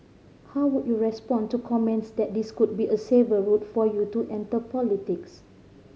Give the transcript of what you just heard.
how would you respond to comments that this could be a safer route for you to enter politics